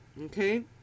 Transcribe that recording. Okay